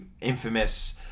infamous